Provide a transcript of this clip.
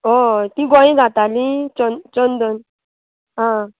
हय ती गोंय जाताली चंद चंदन आं